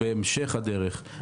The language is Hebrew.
בעבודת מטה זה יתחיל,